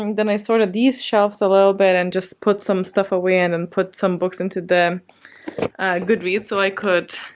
um then i sorted sort of these shelves a little bit and just put some stuff away and and put some books into the goodreads so i could.